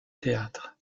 théâtre